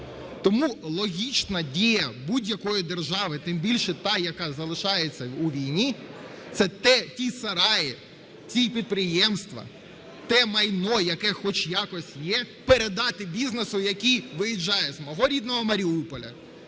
Тому логічна дія будь-якої держави, тим більше та, яка залишається у війні, - це ті сараї, ті підприємства, те майно, яке хоч якось є, передати бізнесу, який виїжджає з мого рідного Маріуполя,